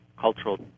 cultural